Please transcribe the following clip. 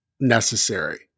necessary